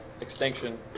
extinction